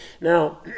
Now